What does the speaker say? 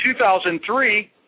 2003